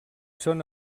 són